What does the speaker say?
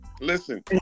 listen